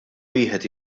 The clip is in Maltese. wieħed